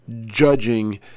judging